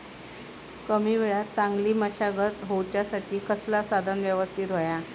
कमी वेळात चांगली मशागत होऊच्यासाठी कसला साधन यवस्तित होया?